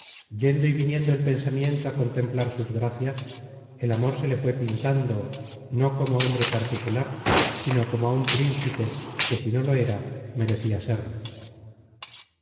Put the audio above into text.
yendo y viniendo el pensamiento á contemplar sus gracias el amor se le fué pintando no como hombre particular sino como á un príncipe que si no lo era merecia serlo